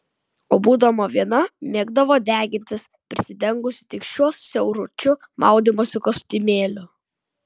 o būdama viena mėgdavo degintis prisidengusi tik šiuo siauručiu maudymosi kostiumėliu